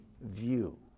view